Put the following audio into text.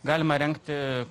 galima rengti